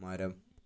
മരം